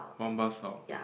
one bus stop